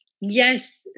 Yes